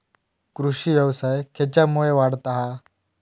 कृषीव्यवसाय खेच्यामुळे वाढता हा?